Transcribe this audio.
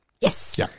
Yes